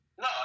No